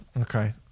Okay